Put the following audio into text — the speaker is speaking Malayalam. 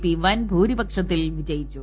പി വൻഭൂരിപക്ഷത്തിൽ വിജയിച്ചു